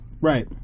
Right